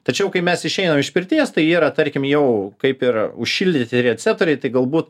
tačiau kai mes išeinam iš pirties tai yra tarkim jau kaip ir užšildyti receptoriai tai galbūt